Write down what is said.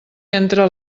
entre